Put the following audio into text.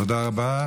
תודה רבה.